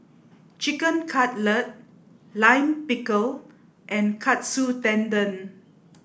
Chicken Cutlet Lime Pickle and Katsu Tendon